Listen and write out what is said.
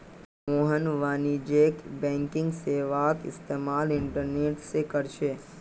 मोहन वाणिज्यिक बैंकिंग सेवालाक इस्तेमाल इंटरनेट से करछे